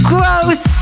Gross